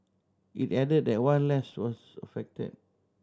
it added that one lanes was affected